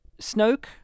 Snoke